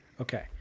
okay